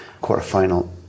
quarter-final